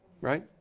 right